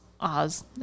Oz